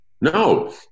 No